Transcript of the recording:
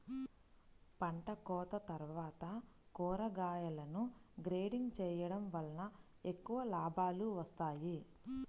పంటకోత తర్వాత కూరగాయలను గ్రేడింగ్ చేయడం వలన ఎక్కువ లాభాలు వస్తాయి